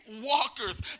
walkers